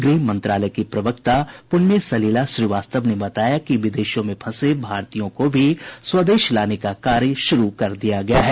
गृह मंत्रालय की प्रवक्ता प्रण्य सलिला श्रीवास्तव ने बताया कि विदेशों में फंसे भारतीयों को भी स्वदेश लाने का कार्य शुरू कर दिया गया है